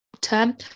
term